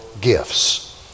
gifts